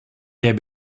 der